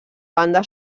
banda